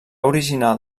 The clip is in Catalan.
original